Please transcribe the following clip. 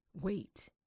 wait